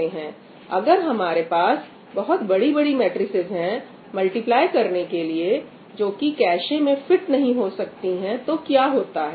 अगर हमारे पास बहुत बड़ी बड़ी मैट्रिसेज है मल्टीप्लाई करने के लिए जोकि कैशे में फिट नहीं हो सकती हैं तो क्या होता है